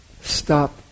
stop